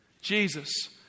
Jesus